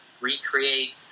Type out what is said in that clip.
recreate